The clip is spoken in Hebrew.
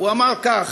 הוא אמר כך: